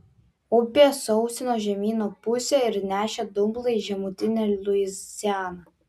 upė sausino žemyno pusę ir nešė dumblą į žemutinę luizianą